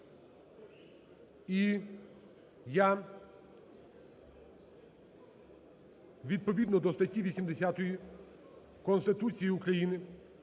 І я відповідно до статті 80 Конституції України,